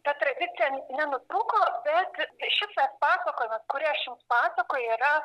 ta tradicija nenutrūko bet šitas pasakojimas kurį aš jums pasakoju yra